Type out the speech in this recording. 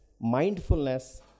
mindfulness